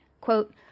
Quote